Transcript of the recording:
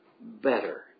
Better